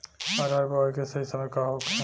अरहर बुआई के सही समय का होखे?